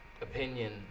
opinion